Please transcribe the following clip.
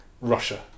Russia